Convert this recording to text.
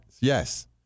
Yes